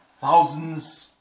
Thousands